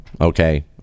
Okay